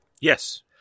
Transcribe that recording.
Yes